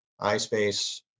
iSpace